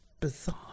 bizarre